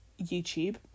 YouTube